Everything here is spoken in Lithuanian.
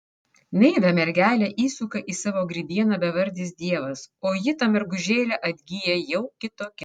naivią mergelę įsuka į savo grybieną bevardis dievas o ji ta mergužėlė atgyja jau kitokia